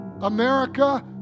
America